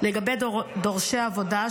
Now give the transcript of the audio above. לגבי דורשי עבודה,